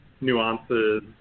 nuances